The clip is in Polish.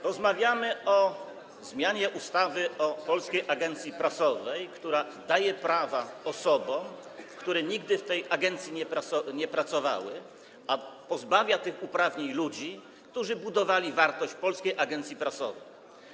Rozmawiamy o ustawie o zmianie ustawy o Polskiej Agencji Prasowej, która daje prawa osobom, które nigdy w tej agencji nie pracowały, a pozbawia tych uprawnień ludzi, którzy budowali wartość Polskiej Agencji Prasowej.